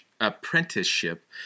apprenticeship